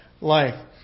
life